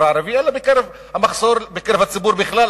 הערבי אלא לגבי המחסור בקרב הציבור בכלל,